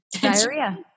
diarrhea